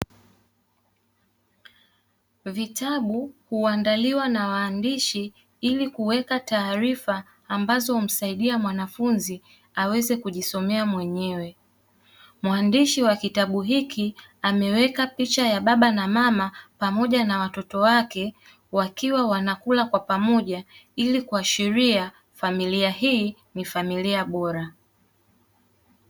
Vitabu huandaliwa na waandishi ili kuweka taarifa ambazo humsaidia mwanafunzi aweze kujisomea mwenyewe. Mwandishi wa kitabu hiki ameweka picha ya baba na mama pamoja na watoto wake, wakiwa wanakula kwa pamoja, ili kuashiria familia hii ni familia bora.